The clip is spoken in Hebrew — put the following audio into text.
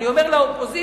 אני אומר לאופוזיציה,